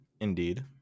Indeed